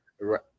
Right